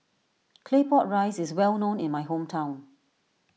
Claypot Rice is well known in my hometown